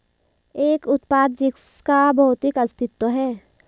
एक उत्पाद जिसका भौतिक अस्तित्व है?